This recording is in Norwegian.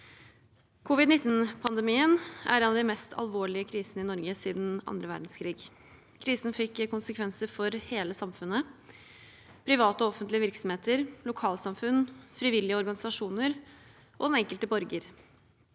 Covid-19-pandemien er den mest alvorlige krisen i Norge siden annen verdenskrig. Krisen fikk konsekvenser for hele samfunnet – private og offentlige virksomheter, lokalsamfunn, frivillige organisasjoner og den enkelte borger.